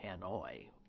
Hanoi